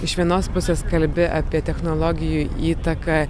iš vienos pusės kalbi apie technologijų įtaką